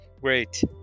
Great